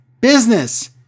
Business